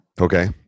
okay